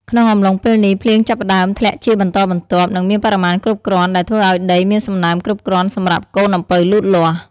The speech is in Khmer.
ក្នុងអំឡុងពេលនេះ ភ្លៀងចាប់ផ្តើមធ្លាក់ជាបន្តបន្ទាប់ និងមានបរិមាណគ្រប់គ្រាន់ ដែលធ្វើឱ្យដីមានសំណើមគ្រប់គ្រាន់សម្រាប់កូនអំពៅលូតលាស់។